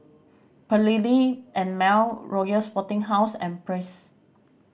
Perllini and Mel Royal Sporting House and Praise